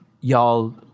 y'all